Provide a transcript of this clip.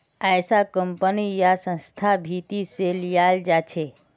ऐसा कम्पनी या संस्थार भीती से कियाल जा छे